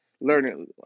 learning